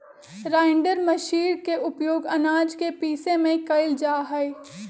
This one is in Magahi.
राइण्डर मशीर के उपयोग आनाज के पीसे में कइल जाहई